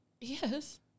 Yes